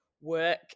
work